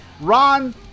Ron